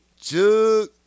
jug